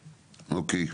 אוקיי,